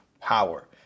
power